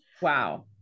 Wow